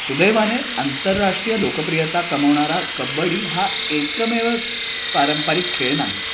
सुदैवाने आंतरराष्ट्रीय लोकप्रियता कमवणारा कबड्डी हा एकमेव पारंपरिक खेळ नाही